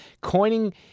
coining